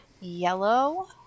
yellow